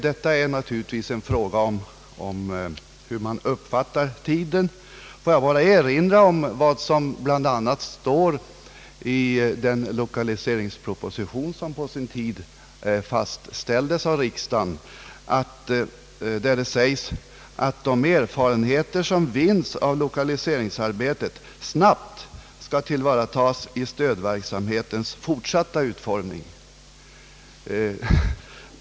Detta är naturligtvis en fråga om hur man bedömer vilken tid som erfordras. Får jag bara erinra om vad som bl.a. står i den lokaliseringsproposition som på sin tid godkändes av riksdagen. Där sägs det att de erfarenheter som vinns av lokaliseringsarbetet skall snabbt tillvaratas vid stödverksamhetens fortsatta utformning.